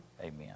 Amen